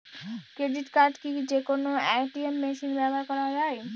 Credit card কি যে কোনো এ.টি.এম মেশিনে ব্যবহার করা য়ায়?